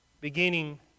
beginning